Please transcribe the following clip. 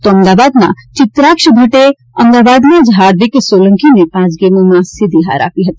તો અમદાવાદના ચિત્રાક્ષ ભટ્ટે અમદાવાદના જ હાર્દિક સોલંકીને પાંચ ગેમોમાં સીધી હાર આપી હતી